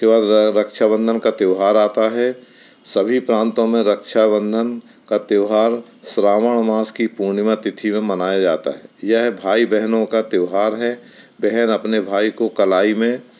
इसके बाद रक्षाबंधन का त्योहार आता है सभी प्रान्तों में रक्षाबंधन का त्योहार श्रावन मास की पूर्णिमा तिथि में मनाया जाता है यह भाई बहनों का त्योहार है बहन अपने भाई को कलाई में